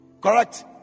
Correct